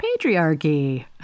Patriarchy